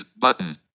button